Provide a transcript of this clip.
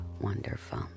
wonderful